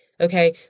okay